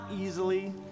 easily